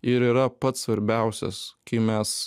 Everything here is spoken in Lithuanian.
ir yra pats svarbiausias kai mes